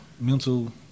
mental